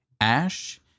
Ash